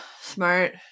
Smart